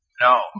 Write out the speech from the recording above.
No